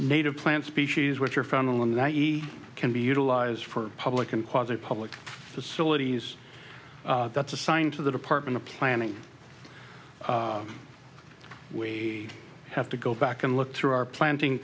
native plant species which are found on that he can be utilized for public and quasi public facilities that's assigned to the department of planning we have to go back and look through our planting